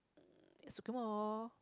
at Socremo